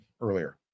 earlier